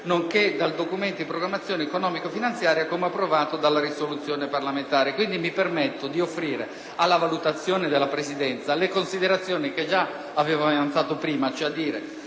«nonché dal Documento di programmazione economico-finanziaria come approvato dalla risoluzione parlamentare». Mi permetto, pertanto, di offrire alla valutazione della Presidenza le considerazioni che già avevo avanzato prima, vale a dire